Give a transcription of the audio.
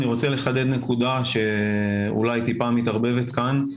אני רוצה לחדד נקודה שאולי טיפה מתערבבת כאן.